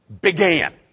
began